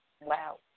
Wow